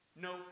No